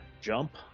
jump